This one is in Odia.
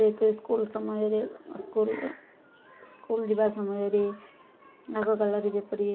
ଯେ ସ୍କୁଲ ସମୟରେ ସ୍କୁଲ ସ୍କୁଲ ଯିବା ସମୟରେ ଆଗକାଳରେ ଯେପରି